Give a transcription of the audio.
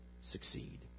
succeed